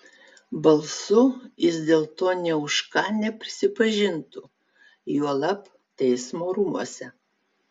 balsu jis dėl to nė už ką neprisipažintų juolab teismo rūmuose